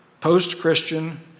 post-Christian